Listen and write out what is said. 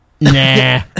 Nah